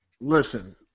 Listen